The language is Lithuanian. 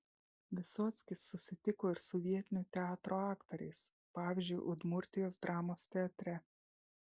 vysockis susitiko ir su vietinių teatrų aktoriais pavyzdžiui udmurtijos dramos teatre